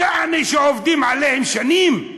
יעני, שעובדים עליהן שנים.